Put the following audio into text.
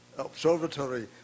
observatory